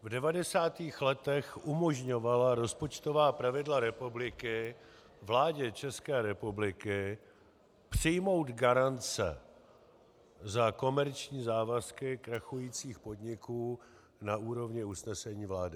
V 90. letech umožňovala rozpočtová pravidla republiky vládě České republiky přijmout garance za komerční závazky krachujících podniků na úrovni usnesení vlády.